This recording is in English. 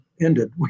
ended